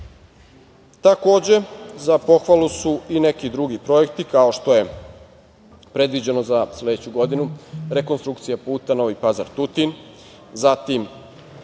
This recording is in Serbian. kraja. Takođe, za pohvalu su i neki drugi projekti, kao što je predivđeno za sledeću godinu rekonstrukcija puta Novi Pazar-Tutin, zatim,